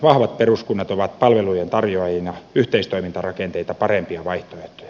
vahvat peruskunnat ovat palvelujen tarjoajina yhteistoimintarakenteita parempia vaihtoehtoja